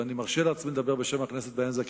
ואני מרשה לעצמי לדבר בשם הכנסת בעניין הזה כי